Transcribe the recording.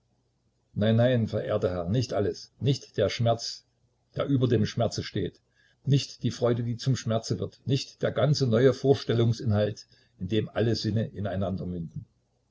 nein nein verehrter herr nicht alles nicht der schmerz der über dem schmerze steht nicht die freude die zum schmerze wird nicht der ganze neue vorstellungsinhalt in dem alle sinne